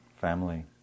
Family